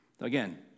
Again